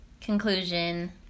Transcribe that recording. conclusion